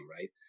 Right